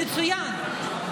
מצוין,